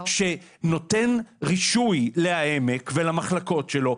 שנותן רישוי להעמק ולמחלקות שלו,